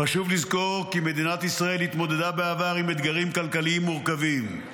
חשוב לזכור כי מדינת ישראל התמודדה בעבר עם אתגרים כלכליים מורכבים,